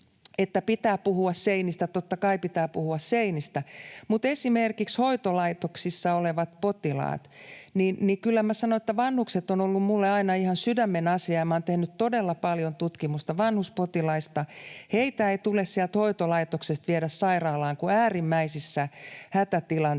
että pitää puhua seinistä. Totta kai pitää puhua seinistä, mutta kun puhutaan esimerkiksi hoitolaitoksissa olevista potilaista, niin kyllä minä sanon — vanhukset ovat olleet minulle aina ihan sydämenasia, ja minä olen tehnyt todella paljon tutkimusta vanhuspotilaista — että heitä ei tule sieltä hoitolaitoksesta viedä sairaalaan kuin äärimmäisissä hätätilanteissa.